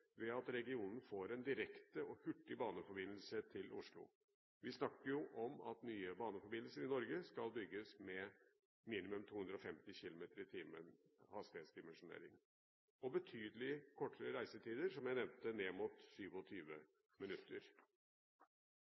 ved at regionen får en direkte og hurtig baneforbindelse til Oslo. Vi snakker jo om at nye baneforbindelser i Norge skal bygges med en hastighetsdimensjonering på minimum 250 km/t, og med betydelig kortere reisetider – som jeg nevnte – ned mot 27 minutter.